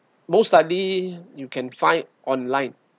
most study you can find online